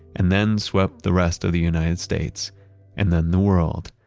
and then swept the rest of the united states and then the world,